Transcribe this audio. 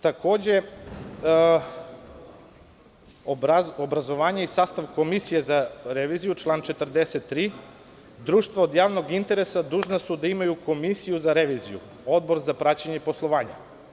Takođe, obrazovanje i sastav komisije za reviziju, član 43, društva od javnog interesa dužna su da imaju komisiju za reviziju, odbor za praćenje poslovanja.